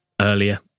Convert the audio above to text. earlier